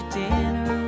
dinner